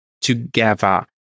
together